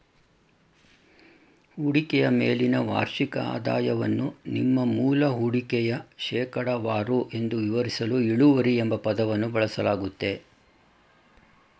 ಹೂಡಿಕೆಯ ಮೇಲಿನ ವಾರ್ಷಿಕ ಆದಾಯವನ್ನು ನಿಮ್ಮ ಮೂಲ ಹೂಡಿಕೆಯ ಶೇಕಡವಾರು ಎಂದು ವಿವರಿಸಲು ಇಳುವರಿ ಎಂಬ ಪದವನ್ನು ಬಳಸಲಾಗುತ್ತೆ